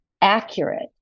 accurate